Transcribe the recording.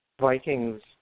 Vikings –